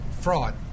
fraud